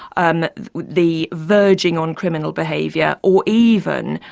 um the verging on criminal behaviour or even,